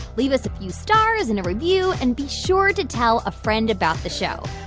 leave us a few stars and a review. and be sure to tell a friend about the show.